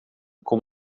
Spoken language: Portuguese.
com